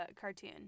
cartoon